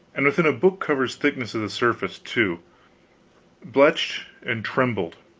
and within a book-cover's thickness of the surface, too blenched, and trembled.